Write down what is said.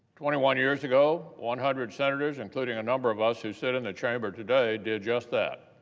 twenty one years ago, one hundred senators, including a number of us who sit in the chamber today, did just that.